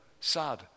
sad